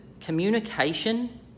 communication